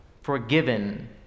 forgiven